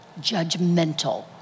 judgmental